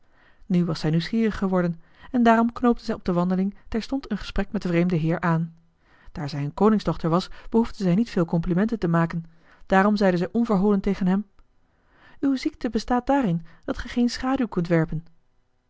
nu was zij nieuwsgierig geworden en daarom knoopte zij op de wandeling terstond een gesprek met den vreemden heer aan daar zij een koningsdochter was behoefde zij niet veel komplimenten te maken daarom zeide zij onverholen tegen hem uw ziekte bestaat daarin dat ge geen schaduw kunt werpen